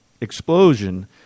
explosion